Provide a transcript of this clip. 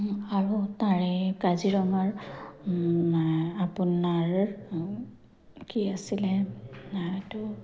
আৰু তাৰে কাজিৰঙাৰ আপোনাৰ কি আছিলে সেইটো